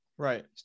Right